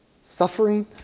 suffering